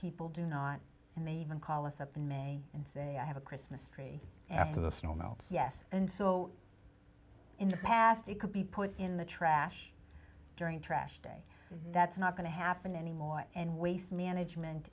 people do not and they even call us up in may and say i have a christmas tree after the snow melts yes and so in the past it could be put in the trash during trash day that's not going to happen anymore and waste management